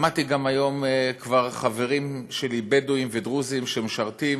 גם שמעתי היום חברים שלי בדואים ודרוזים שמשרתים,